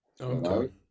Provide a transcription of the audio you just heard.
Okay